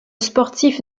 sportif